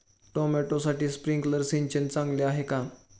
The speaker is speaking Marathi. टोमॅटोसाठी स्प्रिंकलर सिंचन चांगले आहे का?